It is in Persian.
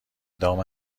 دام